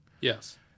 Yes